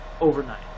overnight